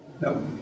No